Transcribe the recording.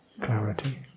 clarity